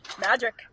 Magic